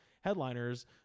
headliners